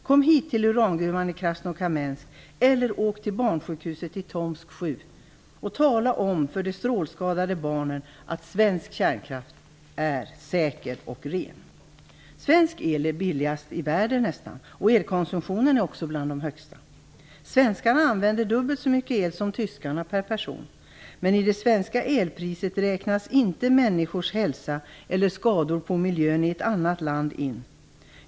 Kom hit till urangruvan i Krasnokamensk eller åk till barnsjukhuset i Tomsk-7 och tala om för de strålskadade barnen att svensk kärnkraft är säker och ren. Svensk el är nästan billigast i världen, och elkonsumtionen är också bland de högsta. Svenskarna använder dubbelt så mycket el som tyskarna, per person. Men i det svenska elpriset räknas inte människors hälsa eller skador på miljön i ett annat land in.